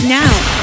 now